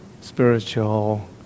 spiritual